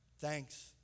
Thanks